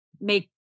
make